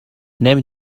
نمی